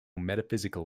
metaphysical